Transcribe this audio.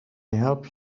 help